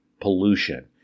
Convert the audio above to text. pollution